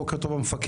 בוקר טוב המפקד.